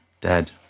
Dad